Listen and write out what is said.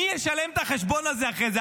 מי ישלם את החשבון הזה אחרי זה?